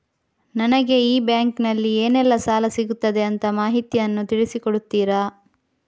ನನಗೆ ಈ ಬ್ಯಾಂಕಿನಲ್ಲಿ ಏನೆಲ್ಲಾ ಸಾಲ ಸಿಗುತ್ತದೆ ಅಂತ ಮಾಹಿತಿಯನ್ನು ತಿಳಿಸಿ ಕೊಡುತ್ತೀರಾ?